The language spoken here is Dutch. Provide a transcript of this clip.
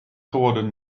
geworden